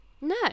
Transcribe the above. No